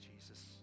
Jesus